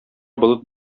болыт